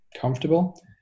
comfortable